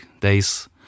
days